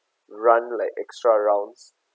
run like extra rounds